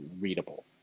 readable